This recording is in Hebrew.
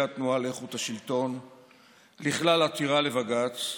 התנועה לאיכות השלטון לכלל עתירה לבג"ץ,